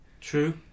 True